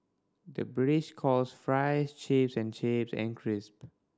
the British calls fries chips and chips and crisp